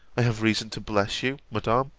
i have reason to bless you, madam,